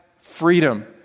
freedom